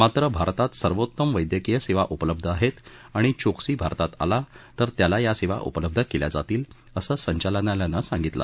मात्र भारतात सर्वोत्तम वद्यक्रीय सेवा उपलब्ध आहेत आणि चोक्सी भारतात आला तर त्याला या सेवा उपलब्ध केल्या जातील असं संचालनालयानं सांगितलं